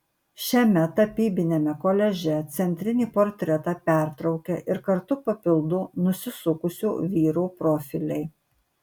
šiame tapybiniame koliaže centrinį portretą pertraukia ir kartu papildo nusisukusio vyro profiliai